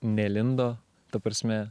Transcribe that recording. nelindo ta prasme